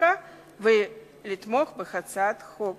חקיקה ולתמוך בהצעת החוק